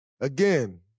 Again